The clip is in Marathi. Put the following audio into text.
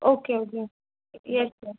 okay okay yes sir